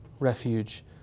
Refuge